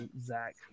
Zach